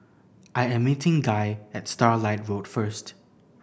I am meeting Guy at Starlight Road first